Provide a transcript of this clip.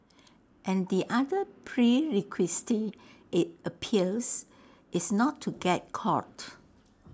and the other prerequisite IT appears is not to get caught